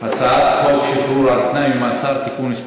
הצעת חוק שחרור על-תנאי ממאסר (תיקון מס'